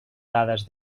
dades